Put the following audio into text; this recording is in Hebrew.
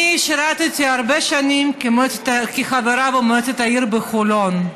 אני שירתי הרבה שנים כחברה במועצת העיר חולון,